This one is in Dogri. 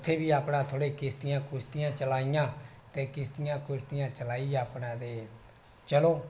उत्थै बी अपना थोह्ड़ा किस्तियां चलाइयां ते किस्तियां चलाइयै अपने ते चलो